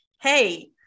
hey